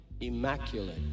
immaculate